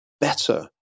better